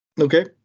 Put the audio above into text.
Okay